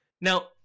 Now